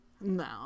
No